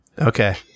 Okay